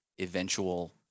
eventual